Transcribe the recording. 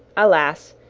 alas!